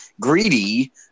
greedy